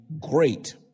great